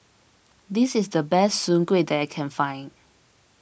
this is the best Soon Kueh that I can find